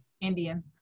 Indian